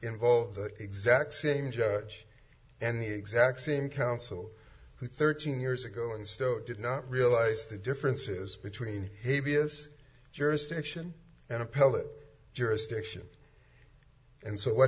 involved the exact same judge and the exact same counsel thirteen years ago and still did not realize the differences between b s jurisdiction and appellate jurisdiction and so what